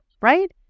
Right